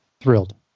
Thrilled